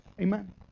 Amen